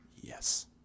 Yes